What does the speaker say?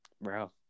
Bro